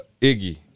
Iggy